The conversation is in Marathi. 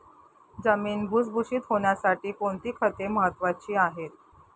जमीन भुसभुशीत होण्यासाठी कोणती खते महत्वाची आहेत?